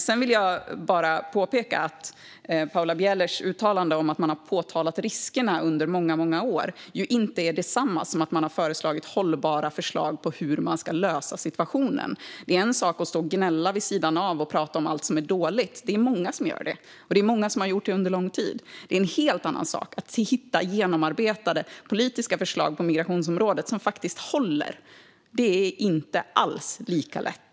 Jag vill bara påpeka att Paula Bielers uttalande om att man under många år har påtalat riskerna inte är detsamma som att man har lagt fram hållbara förslag på hur man ska lösa situationen. Det är en sak att stå och gnälla vid sidan av och prata om allt som är dåligt - det är många som gör det, och det är många som har gjort det under lång tid - det är en helt annan sak att ta fram genomarbetade politiska förslag på migrationsområdet som faktiskt håller. Det är inte alls lika lätt.